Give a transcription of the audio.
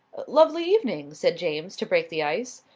lovely evening, said james, to break the ice.